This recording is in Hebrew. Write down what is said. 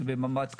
זה במבט קדימה,